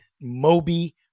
Moby